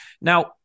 now